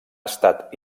estat